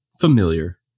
familiar